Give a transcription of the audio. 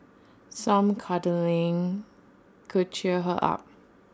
some cuddling could cheer her up